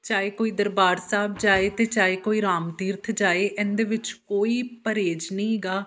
ਚਾਹੇ ਕੋਈ ਦਰਬਾਰ ਸਾਹਿਬ ਜਾਵੇ ਅਤੇ ਚਾਹੇ ਕੋਈ ਰਾਮ ਤੀਰਥ ਜਾਵੇ ਇਹਦੇ ਵਿੱਚ ਕੋਈ ਪਰਹੇਜ ਨਹੀਂ ਹੈਗਾ